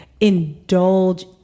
indulge